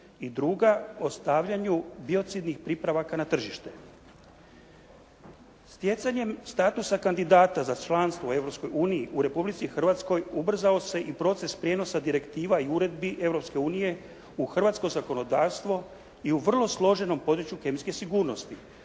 i druga o stavljanju biocidnih pripravaka na tržište. Stjecanjem statusa kandidata za članstvo u Europskoj uniji u Republici Hrvatskoj ubrzao se i proces prijenosa direktiva i uredbi Europske unije u hrvatsko zakonodavstvo i u vrlo složenom području kemijske sigurnosti.